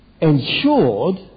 ensured